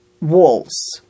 walls